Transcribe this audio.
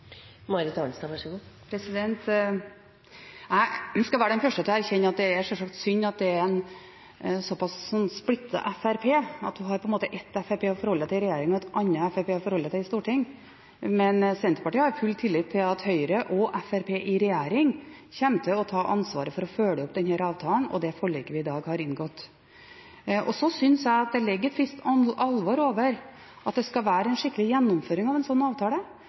Jeg skal være den første til å erkjenne at det sjølsagt er synd at det er et såpass splittet Fremskrittspartiet, og at en på en måte har ett Fremskrittspartiet å forholde seg til i regjering og et annet Fremskrittspartiet å forholde seg til i Stortinget. Men Senterpartiet har full tillit til at Høyre og Fremskrittspartiet i regjering kommer til å ta ansvaret for å følge opp denne avtalen og det forliket vi i dag inngår. Jeg synes det ligger et visst alvor over at det skal være en skikkelig gjennomføring av en sånn avtale.